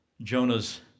Jonah's